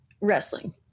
Wrestling